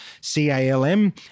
C-A-L-M